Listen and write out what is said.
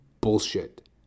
bullshit